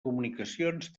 comunicacions